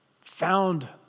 found